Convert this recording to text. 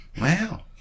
wow